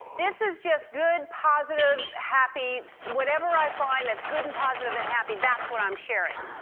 this is just good, positive, happy whatever i find that's good and positive and happy, that's what i'm sharing.